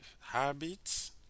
habits